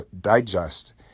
digest